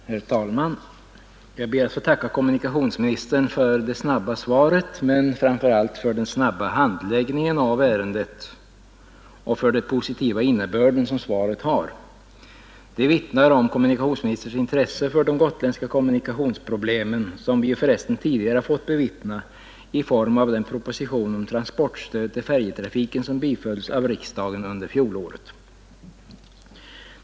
Herr talman! Jag ber att få tacka kommunikationsministern för det snabba svaret men framför allt för den snabba handläggningen av ärendet och för den positiva innebörd som svaret har. Det vittnar om kommunikationsministerns intresse för de gotländska kommunikationsproblemen, som vi ju för resten tidigare har fått belägg för i form av den proposition om transportstöd till färjetrafiken som bifölls av riksdagen under fjolåret.